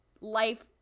life